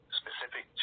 specific